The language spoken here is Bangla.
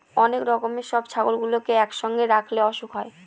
অনেক রকমের সব ছাগলগুলোকে একসঙ্গে রাখলে অসুখ হয়